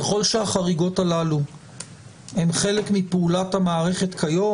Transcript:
ככל שהחריגות הללו הן חלק מפעולת המערכת כיום